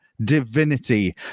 divinity